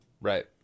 right